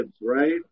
right